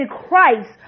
Christ